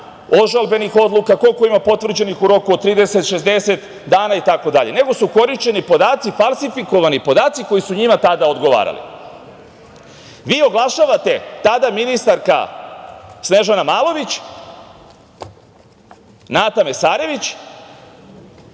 ožalbenih odluka, koliko ima potvrđenih u roku od 30, 60 dana i tako dalje, nego su korišćeni podaci i falsifikovani podaci koji su njima tada odgovarali. Vi oglašavate, tada ministarka Snežana Malović, Nata Mesarović,